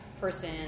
person